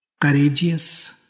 courageous